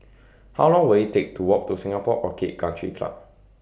How Long Will IT Take to Walk to Singapore Orchid Country Club